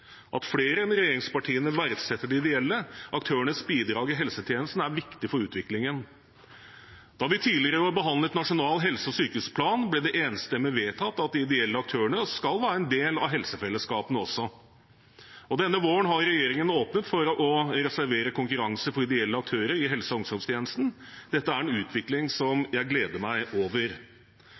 At flere enn regjeringspartiene verdsetter de ideelle aktørenes bidrag i helsetjenesten, er viktig for utviklingen. Da vi tidligere i år behandlet Nasjonal helse- og sykehusplan, ble det enstemmig vedtatt at de ideelle aktørene skal være en del av helsefellesskapene også. Denne våren har regjeringen åpnet for å reservere konkurranse for ideelle aktører i helse- og omsorgstjenesten. Dette er en utvikling som jeg gleder meg over.